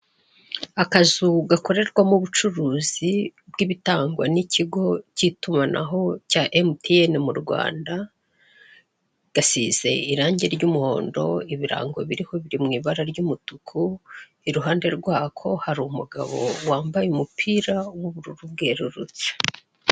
Akazu gakorerwamo ubucuruzi bw'ibitangwa n'ikigo cy'itumanaho cya MTN mu Rwanda gasize irangi ry'umuhondo ibirango biriho biri mu ibara ry'umutuku iruhande rwako hari umugabo wambaye umupira w'ubururu bwererutse.